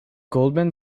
goldman